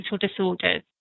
disorders